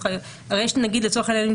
הרי יש נגיד לצורך העניין,